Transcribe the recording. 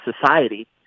society